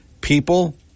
People